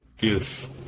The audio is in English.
Yes